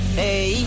hey